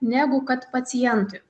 negu kad pacientui